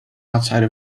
outside